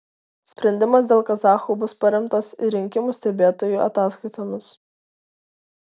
sprendimas dėl kazachų bus paremtas ir rinkimų stebėtojų ataskaitomis